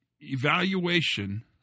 evaluation